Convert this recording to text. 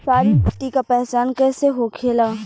सारी मिट्टी का पहचान कैसे होखेला?